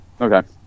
Okay